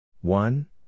One